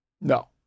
no